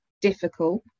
difficult